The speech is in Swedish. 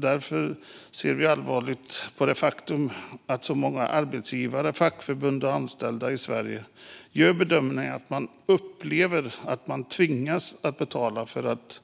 Däremot ser vi allvarligt på det faktum att så många arbetsgivare och fackförbund i Sverige gör bedömningen att anställda upplever att man tvingas betala två gånger för att